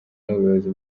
n’ubuyobozi